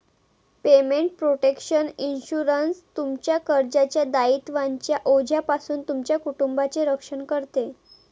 payment protection insurance, तुमच्या कर्जाच्या दायित्वांच्या ओझ्यापासून तुमच्या कुटुंबाचे रक्षण करते